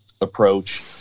approach